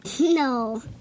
No